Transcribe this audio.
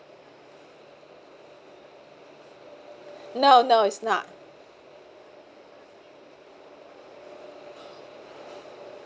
no no it's not